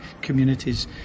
communities